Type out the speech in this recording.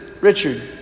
Richard